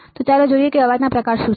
તો ચાલો જોઈએ કે અવાજના પ્રકાર શું છે